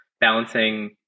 balancing